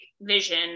vision